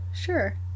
Sure